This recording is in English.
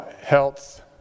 health